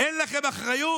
אין לכם אחריות?